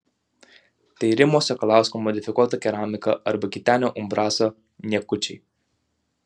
tai rimo sakalausko modifikuota keramika arba gitenio umbraso niekučiai